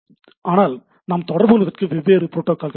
ஆனால் நாம் தொடர்பு கொள்வதற்கு வேறு ப்ரோட்டோகால் உள்ளன